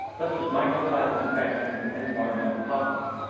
such as mycoplasma infections and environmental toxins.